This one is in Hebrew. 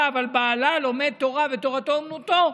אבל בעלה לומד תורה ותורתו אומנותו,